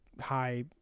high